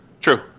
True